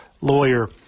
lawyer